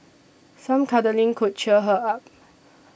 some cuddling could cheer her up